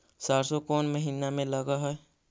सरसों कोन महिना में लग है?